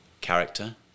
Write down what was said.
Character